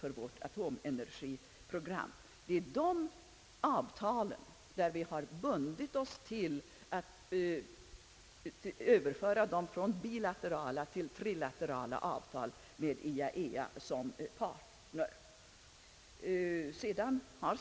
Det är dessa avtal som vi har bundit oss för att överföra från bilaterala till trilaterala avtal med IAEA som partner.